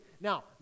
Now